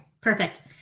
Perfect